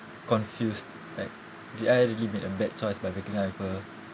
confused like did I really made a bad choice by breaking up with her